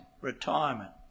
retirement